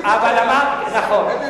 נכון.